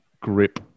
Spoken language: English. grip